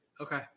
Okay